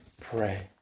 pray